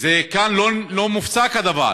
וכאן לא נפסק הדבר,